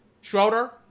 Schroeder